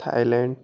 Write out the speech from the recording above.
Thailand